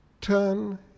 turn